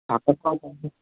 থাকা খাওয়া